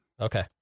Okay